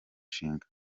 nshinga